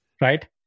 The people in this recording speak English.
Right